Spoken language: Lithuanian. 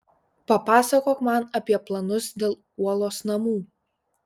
papasakok man apie planus dėl uolos namų